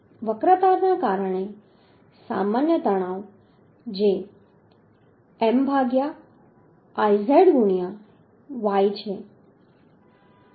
વક્રતાના કારણે સામાન્ય તણાવ જે M ભાગ્યા Iz ગુણ્યા Y છે